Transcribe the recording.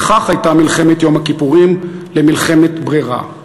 וכך הייתה מלחמת יום הכיפורים למלחמת אין ברירה.